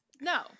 No